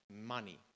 money